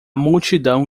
multidão